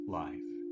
life